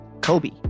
Kobe